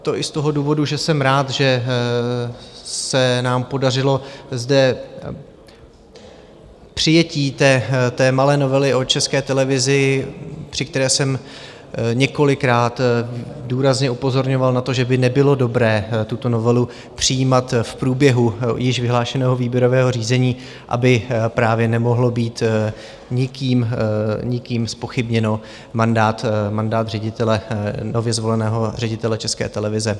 To i z toho důvodu, že jsem rád, že se nám podařilo zde přijetí té malé novely o České televizi, při které jsem několikrát důrazně upozorňoval na to, že by nebylo dobré tuto novelu přijímat v průběhu již vyhlášeného výběrového řízení, aby právě nemohl být nikým zpochybněn mandát nově zvoleného ředitele České televize.